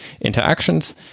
interactions